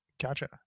gotcha